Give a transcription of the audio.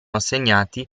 assegnati